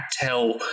tell